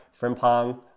Frimpong